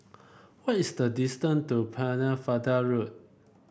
what is the distance to Pennefather Road